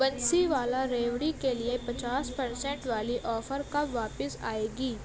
بنسی والا ریوڑی کے لیے پچاس پرسنٹ والی آفر کب واپس آئے گی